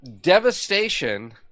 Devastation